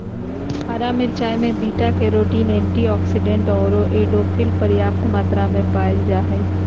हरा मिरचाय में बीटा कैरोटीन, एंटीऑक्सीडेंट आरो एंडोर्फिन पर्याप्त मात्रा में पाल जा हइ